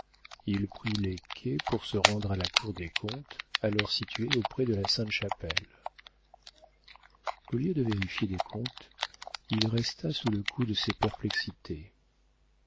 il prit les quais pour se rendre à la cour des comptes alors située auprès de la sainte-chapelle au lieu de vérifier des comptes il resta sous le coup de ses perplexités